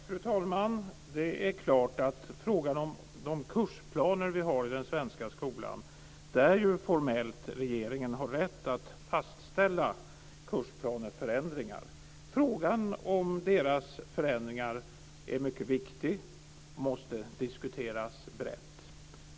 Fru talman! Det är klart att regeringen formellt har rätt att fastställa förändringar i de kursplaner som man har i den svenska skolan. Frågan om deras förändringar är mycket viktig och måste diskuteras brett.